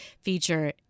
feature